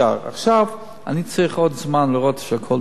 עכשיו אני צריך עוד זמן לראות שהכול דופק.